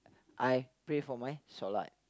I pray for my solat